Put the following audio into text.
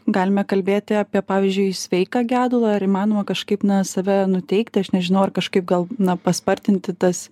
galime kalbėti apie pavyzdžiui sveiką gedulą ar įmanoma kažkaip na save nuteikti aš nežinau ar kažkaip gal na paspartinti tas